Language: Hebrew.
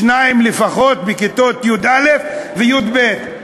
שניים לפחות בכיתות י"א וי"ב.